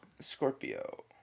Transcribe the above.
Scorpio